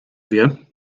wie